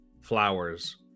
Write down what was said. flowers